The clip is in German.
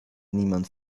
niemand